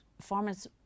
performance